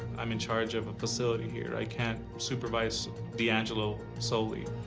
i'm in charge of a facility here, i can't supervise d'angelo solely.